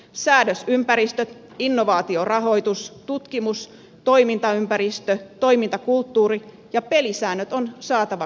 säädösympäristöt innovaatiorahoitus tutkimus toimintaympäristö toimintakulttuuri ja pelisäännöt on saatava kuntoon